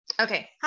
Okay